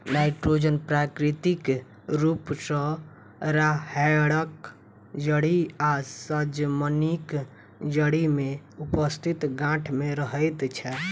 nitrogen प्राकृतिक रूप सॅ राहैड़क जड़ि आ सजमनिक जड़ि मे उपस्थित गाँठ मे रहैत छै